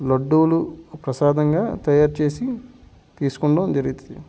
లడ్డూలు ప్రసాదంగా తయారు చేేసి తీసుకోండం జరుగుతుంది